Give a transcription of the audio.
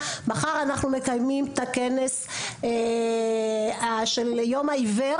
מחר אנחנו מקיימים פה בכנסת ישראל את הכנס הישראלי ליום העיוור,